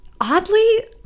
oddly